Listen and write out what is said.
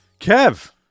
Kev